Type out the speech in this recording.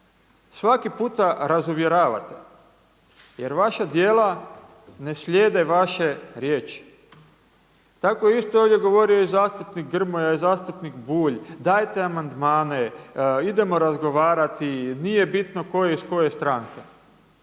svaki puta razuvjeravate jer vaša djela ne slijede vaše riječi. Tako je isto ovdje govorio i zastupnik Grmoja i zastupnik Bulj, dajte amandmane, idemo razgovarati i nije bitno tko je iz koje stranke,